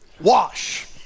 Wash